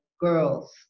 girls